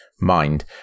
mind